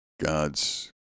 God's